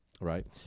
right